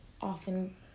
often